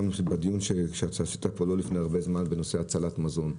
גם בדיון שהיה פה לא לפני הרבה זמן בנושא הצלת מזון,